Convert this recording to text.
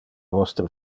vostre